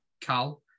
Cal